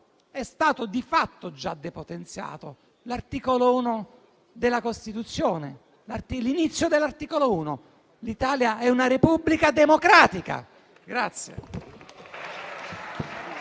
è stato di fatto già depotenziato: l'articolo 1 della Costituzione. L'inizio dell'articolo 1: «L'Italia è una Repubblica democratica».